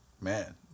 man